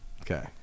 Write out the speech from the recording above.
Okay